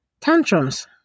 Tantrums